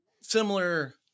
similar